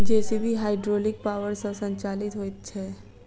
JCB hydraulic power सॅ संचालित होइत छै